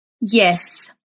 Yes